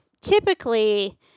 typically